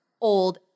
old